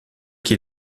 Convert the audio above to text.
qui